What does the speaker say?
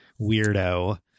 weirdo